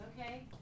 Okay